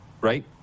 Right